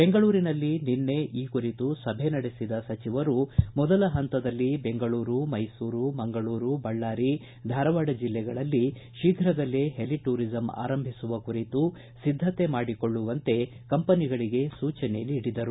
ಬೆಂಗಳೂರಿನಲ್ಲಿ ನಿನ್ನೆ ಈ ಕುರಿತು ಸಭೆ ನಡೆಸಿದ ಸಚಿವರು ಮೊದಲ ಹಂತದಲ್ಲಿ ಬೆಂಗಳೂರು ಮೈಸೂರು ಮಂಗಳೂರು ಬಳ್ಳಾರಿ ಧಾರವಾಡ ಜಿಲ್ಲೆಗಳಲ್ಲಿ ಶೀಘ್ರದಲ್ಲೇ ಹೆಲಿ ಟೂರಿಸಂ ಆರಂಭಿಸುವ ಕುರಿತು ಸಿದ್ದತೆ ಮಾಡಿಕೊಳ್ಳುವಂತೆ ಕಂಪನಿಗಳಿಗೆ ಸೂಚನೆ ನೀಡಿದರು